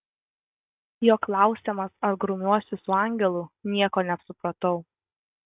jo klausiamas ar grumiuosi su angelu nieko nesupratau